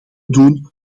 doen